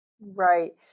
Right